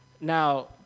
Now